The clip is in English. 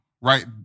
Right